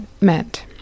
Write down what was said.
meant